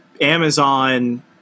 Amazon